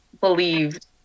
believed